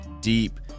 deep